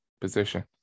position